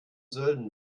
sölden